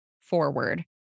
forward